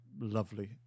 lovely